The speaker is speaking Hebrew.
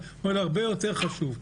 אבל הרבה יותר חשוב.